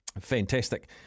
Fantastic